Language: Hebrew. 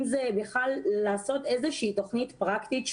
אם זה בכלל לעשות איזו תוכנית פרקטית.